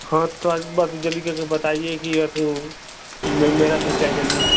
हाँ तो जल्दी करके बताइये कि वो मेरा मिल जाये जल्दी